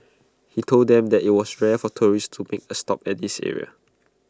he told them that IT was rare for tourists to make A stop at this area